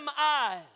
eyes